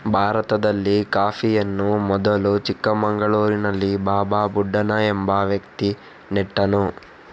ಭಾರತದಲ್ಲಿ ಕಾಫಿಯನ್ನು ಮೊದಲು ಚಿಕ್ಕಮಗಳೂರಿನಲ್ಲಿ ಬಾಬಾ ಬುಡನ್ ಎಂಬ ವ್ಯಕ್ತಿ ನೆಟ್ಟನು